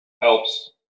helps